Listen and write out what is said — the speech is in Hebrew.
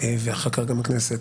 ואחר כך גם הכנסת,